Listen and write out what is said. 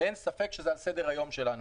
ואין ספק שזה על סדר-היום שלנו.